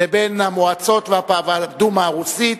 לבין המועצות והדומה הרוסית,